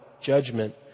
judgment